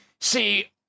see